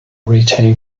retain